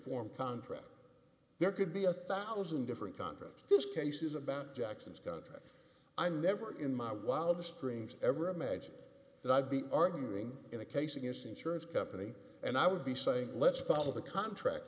form contract there could be a thousand different contract this case is about jackson's contract i'm never in my wildest dreams ever imagine that i'd be arguing in a case against insurance company and i would be saying let's follow the contract